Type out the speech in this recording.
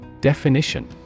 definition